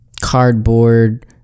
cardboard